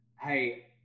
Hey